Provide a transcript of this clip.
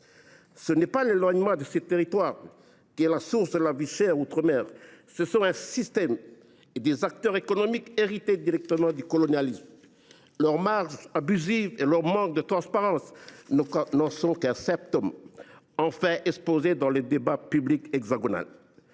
C’est non pas l’éloignement de ces territoires qui est la source de la vie chère outre mer, mais un système et ses acteurs économiques hérités directement du colonialisme. Leurs marges abusives et leur manque de transparence n’en sont qu’un symptôme, enfin exposé dans le débat public hexagonal.